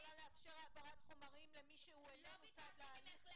איך את יכולה להעביר חומרים למי שאינו צד בהליך?